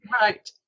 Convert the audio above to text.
Right